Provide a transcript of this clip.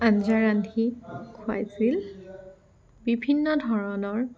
আঞ্জা ৰান্ধি খোৱাইছিল বিভিন্ন ধৰণৰ